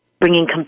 bringing